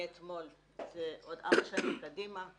מאתמול זה עוד ארבע שנים קדימה,